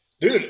dude